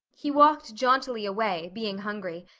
he walked jauntily away, being hungry,